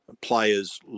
players